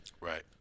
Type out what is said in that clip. right